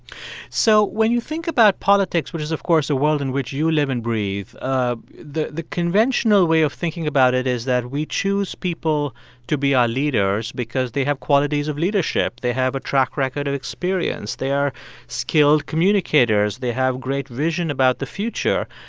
so when you think about politics which is, of course, a world in which you live and breathe ah the the conventional way of thinking about it is that we choose people to be our leaders because they have qualities of leadership. they have a track record of experience. they are skilled communicators. they have great vision about the future.